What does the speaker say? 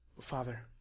Father